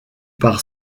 par